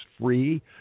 free